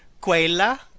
quella